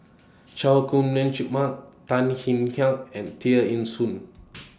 Chay Jung Jun Mark Tan Kek Hiang and Tear Ee Soon